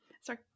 Sorry